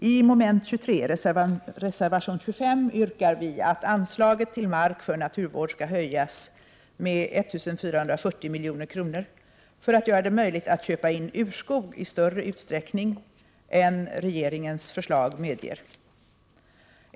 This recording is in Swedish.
I reservation 25 yrkar vi att anslaget till mark för naturvård skall höjas med 1 440 milj.kr. för att göra det möjligt att köpa in urskog i större utsträckning än regeringens förslag medger.